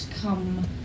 come